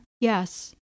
Yes